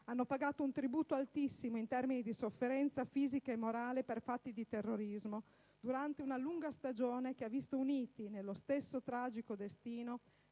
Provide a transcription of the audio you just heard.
hanno pagato un tributo altissimo in termini di sofferenza fisica e morale per fatti di terrorismo, durante una lunga stagione che ha visto uniti, nello stesso tragico destino,